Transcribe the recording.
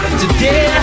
today